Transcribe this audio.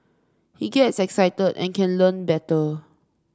he gets excited and can learn better